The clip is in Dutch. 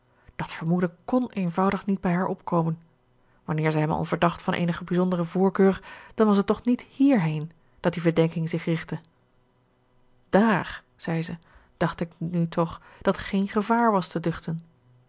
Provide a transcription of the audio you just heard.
dat vermoeden kn eenvoudig niet bij haar opkomen wanneer ze hem al verdacht van eenige bijzondere voorkeur dan was het toch niet hierheen dat die verdenking zich richtte daar zei ze dacht ik nu toch dat geen gevaar was te duchten